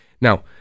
Now